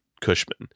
Cushman